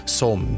som